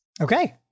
Okay